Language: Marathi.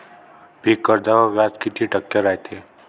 पीक कर्जावर व्याज किती टक्के रायते?